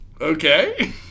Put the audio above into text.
okay